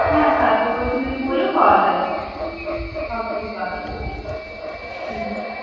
হ্যাঁ ছায়া প্রকাশনীর বইও পাওয়া যায় সব বই পাওয়া যায়